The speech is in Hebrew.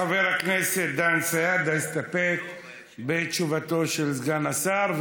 חבר הכנסת דן סידה הסתפק בתשובתו של סגן השר.